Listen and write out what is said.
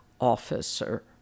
officer